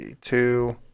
two